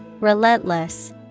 Relentless